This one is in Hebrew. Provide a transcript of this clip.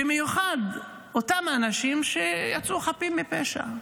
במיוחד אותם אנשים שיצאו חפים מפשע,